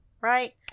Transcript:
right